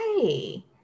hey